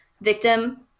victim